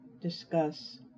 discuss